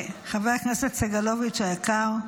חבר הכנסת סגלוביץ' היקר,